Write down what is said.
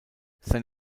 sein